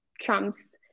trumps